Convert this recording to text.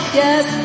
yes